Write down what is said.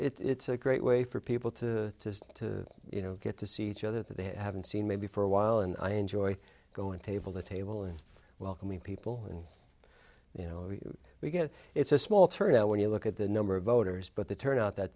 it's a great way for people to just to you know get to see each other that they haven't seen maybe for a while and i enjoy going table to table and welcoming people and you know we get it's a small turnout when you look at the number of voters but they turned out that